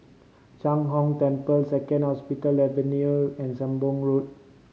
Sheng Hong Temple Second Hospital Avenue and Sembong Road